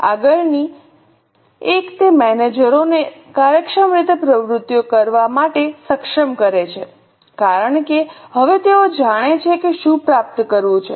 આગળની એક તે મેનેજરોને કાર્યક્ષમ રીતે પ્રવૃત્તિઓ કરવા માટે સક્ષમ કરે છે કારણ કે હવે તેઓ જાણે છે કે શું પ્રાપ્ત કરવું છે